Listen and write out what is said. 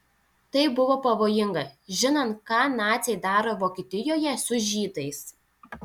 tai buvo pavojinga žinant ką naciai daro vokietijoje su žydais